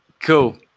Cool